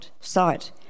sight